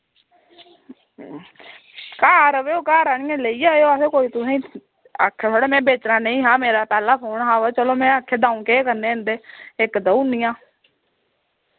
घर आवेओ आह्नियै लेई जाएओ असें कोई तुसें आखेआ थोह्ड़ी मैं बेचना नेईं हा मेरा पैह्ला फोन हा वा चलो में आखेआ दऊं केह् करने होंदे इक देऊनिआं